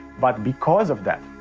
but because of that,